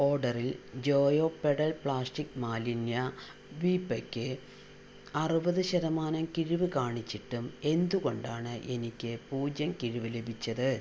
ഓർഡറിൽ ജോയോ pedal plastic മാലിന്യ വീപ്പയ്ക്ക് അറുപത് ശതമാനം കിഴിവ് കാണിച്ചിട്ടും എന്തുകൊണ്ടാണ് എനിക്ക് പൂജ്യം കിഴിവ് ലഭിച്ചത്